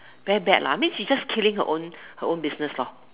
very bad lah I mean she is just killing her own her own business lor